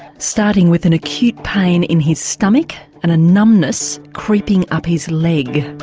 starting with an acute pain in his stomach and a numbness creeping up his leg.